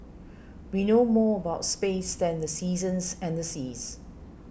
we know more about space than the seasons and the seas